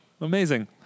Amazing